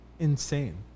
insane